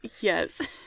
Yes